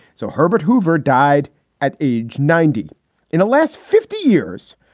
so herbert hoover died at age ninety in the last fifty years.